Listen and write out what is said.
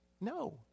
No